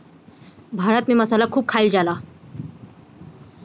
भारत में मसाला खूब खाइल जाला